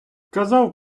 казав